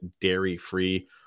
dairy-free